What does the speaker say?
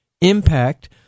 impact